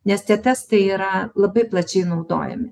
nes tie testai yra labai plačiai naudojami